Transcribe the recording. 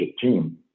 team